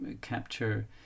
capture